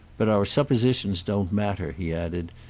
but our suppositions don't matter, he added,